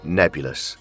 nebulous